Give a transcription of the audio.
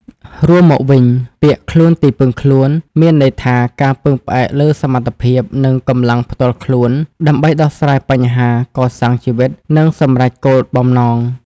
រួមមកវិញ ពាក្យ «ខ្លួនទីពឹងខ្លួន» មានន័យថា ការពឹងផ្អែកលើសមត្ថភាព និងកម្លាំងផ្ទាល់ខ្លួន ដើម្បីដោះស្រាយបញ្ហា កសាងជីវិត និងសម្រេចគោលបំណង។